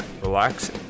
relax